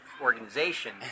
organization